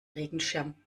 regenschirm